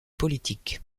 politique